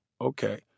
okay